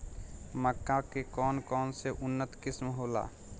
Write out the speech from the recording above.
मक्का के कौन कौनसे उन्नत किस्म होला?